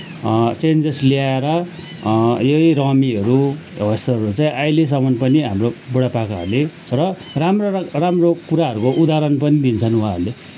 changes ल्याएर यही रमीहरू हो यस्तोहरू चाहिँ अहिलेसम्म पनि हाम्रो बुढापाकाहरूले र राम्रो राम्रो कुराहरूको उदाहरण पनि दिन्छन् उहाँहरूले